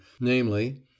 namely